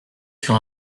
sur